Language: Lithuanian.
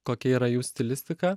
kokia yra jų stilistika